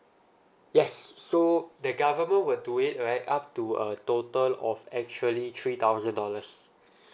yes so the government will do it right up to a total of actually three thousand dollars